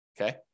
okay